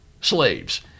slaves